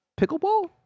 pickleball